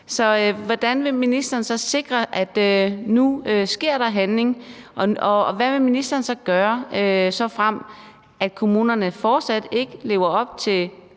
Så hvordan vil ministeren sikre, at der nu kommer handling, og hvad vil ministeren gøre, såfremt kommunerne fortsat ikke lever op til